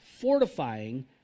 fortifying